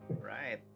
right